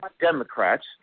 Democrats